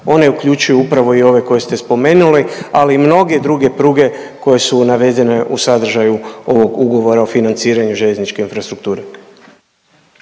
One uključuju upravo i ove koje ste spomenuli, ali i mnoge druge pruge koje su navedene u sadržaju ovog Ugovora o financiranju željezničke infrastrukture.